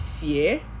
fear